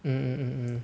mm mm mm mm